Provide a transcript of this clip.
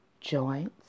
joints